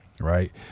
Right